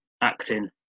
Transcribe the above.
acting